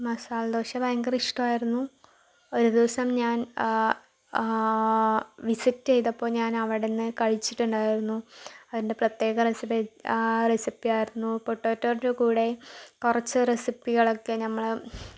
മസാല ദോശ ഭയങ്കര ഇഷ്ടമായിരുന്നു ഒരു ദിവസം ഞാൻ വിസിറ്റ് ചെയ്തപ്പോൾ ഞാൻ അവിടെ നിന്ന് കഴിച്ചിട്ടുണ്ടായിരുന്നു അതിൻ്റെ പ്രത്യേക റെസിപ്പി റെസിപ്പി ആയിരുന്നു പൊട്ടറ്റോൻ്റെ കൂടെ കുറച്ച് റെസിപ്പികളക്കെ ഞമ്മള്